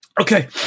Okay